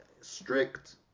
strict